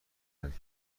کرده